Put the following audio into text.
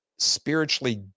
Spiritually